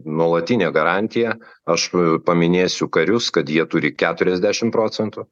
nuolatinė garantija aš paminėsiu karius kad jie turi keturiasdešim procentų